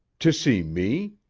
to see me?